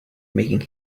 making